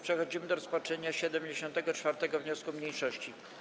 Przechodzimy do rozpatrzenia 74. wniosku mniejszości.